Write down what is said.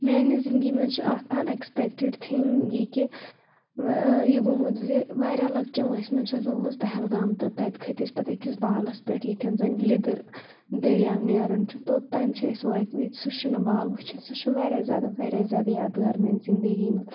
میانہِ زنٛدگی منٛز چھِ اَکھ اَن ایٚکٕسپیکٹِڑ تھنٛگ یہ کہ یہِ گوٚمُت زِ واریاہ لَکچہِ وٲنِسہِ منٛز چھَس بہٕ گٔمٕژ پہلگام تہٕ تَتہِ کھٔتۍ أسۍ پتہٕ أکِس بالَس پٮ۪ٹھ ییٚتتھَن زَنہٕ لیٚدٕر دریاو نیران چھُ توٚتام چھِ أسۍ وٲتمٕتۍ سُہ شِنہٕ بال وُچِتھ سُہ چھِ واریاہ زیادٕ واریاہ زیادٕ یاد گار میانہِ زندگی منٛز